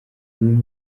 uyu